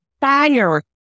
fire